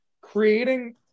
creating